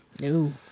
no